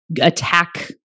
attack